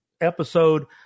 episode